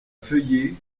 feuillée